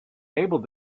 able